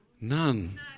None